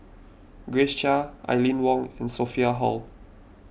Grace Chia Aline Wong and Sophia Hull